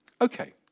Okay